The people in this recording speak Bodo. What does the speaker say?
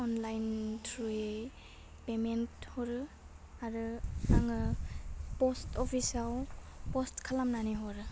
अनलाइन ट्रुयै पेमेन्ट हरो आरो आङो पस्ट अपिसआव पस्ट खालामनानै हरो